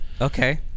Okay